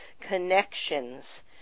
connections